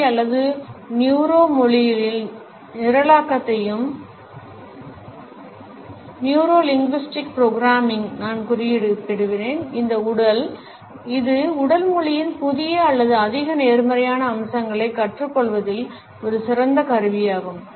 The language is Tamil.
பி அல்லது நியூரோ மொழியியல் நிரலாக்கத்தையும் நான் குறிப்பிடுவேன் இது உடல் மொழியின் புதிய அல்லது அதிக நேர்மறையான அம்சங்களைக் கற்றுக்கொள்வதில் ஒரு சிறந்த கருவியாகும்